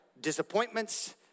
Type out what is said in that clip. disappointments